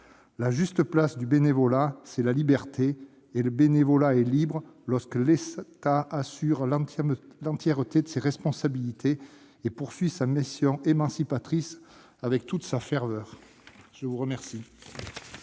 La juste place du bénévolat, c'est la liberté. Le bénévolat est libre lorsque l'État assume l'entièreté de ses responsabilités et poursuit sa mission émancipatrice avec toute sa ferveur. La parole